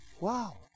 Wow